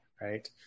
right